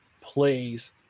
plays